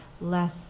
less